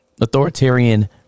Authoritarian